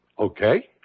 okay